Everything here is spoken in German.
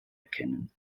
erkennen